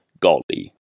Galdi